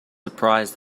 surprise